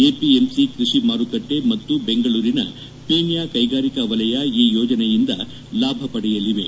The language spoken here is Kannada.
ಎಪಿಎಂಸಿ ಕೃಷಿ ಮಾರುಕಟ್ಟೆ ಮತ್ತು ಬೆಂಗಳೂರಿನ ಪೀಣ್ಯ ಕೈಗಾರಿಕಾ ವಲಯ ಈ ಯೋಜನೆಯಿಂದ ಲಾಭ ಪಡೆಯಲಿವೆ